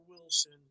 Wilson